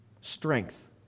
strength